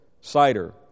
cider